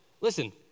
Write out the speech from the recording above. Listen